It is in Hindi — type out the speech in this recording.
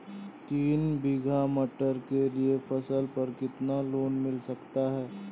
तीन बीघा मटर के लिए फसल पर कितना लोन मिल सकता है?